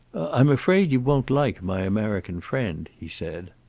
i'm afraid you won't like my american friend, he said.